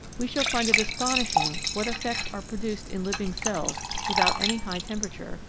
we shall find it astonishing what effects are produced in living cells without any high temperature,